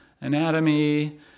anatomy